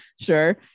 Sure